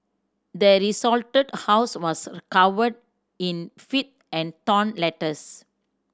the desolated house was covered in filth and torn letters